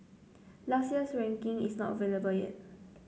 last year's ranking is not available yet